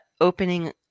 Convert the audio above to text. opening